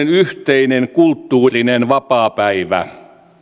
yhteinen kulttuurinen vapaapäivä